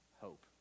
Hope